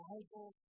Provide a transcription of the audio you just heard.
Bible